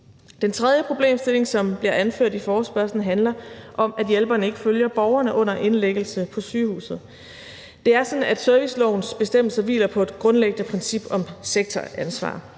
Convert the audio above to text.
Den tredje problemstilling, som bliver anført i forespørgslen, handler om, at hjælperne ikke følger borgerne under indlæggelse på sygehuset. Det er sådan, at servicelovens bestemmelser hviler på et grundlæggende princip om sektoransvar.